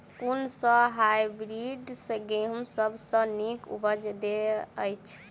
कुन सँ हायब्रिडस गेंहूँ सब सँ नीक उपज देय अछि?